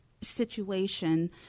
situation